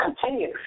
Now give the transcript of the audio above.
Continue